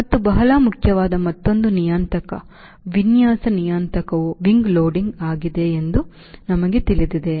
ಮತ್ತು ಬಹಳ ಮುಖ್ಯವಾದ ಮತ್ತೊಂದು ನಿಯತಾಂಕ ವಿನ್ಯಾಸ ನಿಯತಾಂಕವು wing ಲೋಡಿಂಗ್ ಆಗಿದೆ ಎಂದು ನಮಗೆ ತಿಳಿದಿದೆ